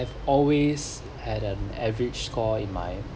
always had an average score in my